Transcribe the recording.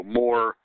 more